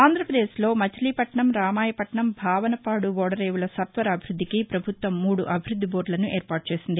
ఆంధ్రప్రదేశ్లో మచిలీపట్నం రామయపట్నం భావనపాడు ఓదరేవుల సత్వర అభివృద్ధికి పభుత్వం మూడు అభివ్బద్ది బోర్నులను ఏర్పాటు చేసింది